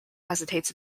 hesitates